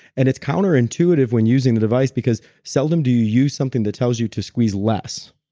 and it's counterintuitive when using the device because seldom do you use something that tells you to squeeze less.